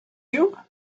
you